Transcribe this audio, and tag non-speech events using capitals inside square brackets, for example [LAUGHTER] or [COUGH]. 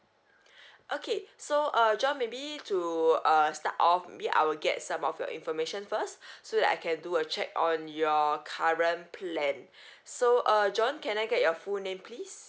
[BREATH] okay so uh john maybe to uh start of maybe I will get some of your information first [BREATH] so that I can do a check on your current plan [BREATH] so uh john can I get your full name please